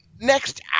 next